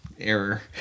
Error